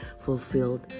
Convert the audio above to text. fulfilled